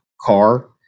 car